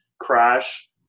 crash